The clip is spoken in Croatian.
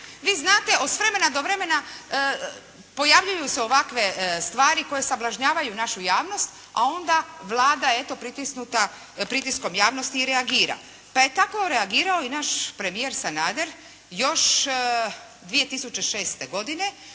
Vi znate od vremena do vremena pojavljuju se ovakve stvari koje sablažnjavaju našu javnost, a onda Vlada eto pritisnuta pritiskom javnosti i reagira, pa je tako reagirao i naš premijer Sanader još 2006. godine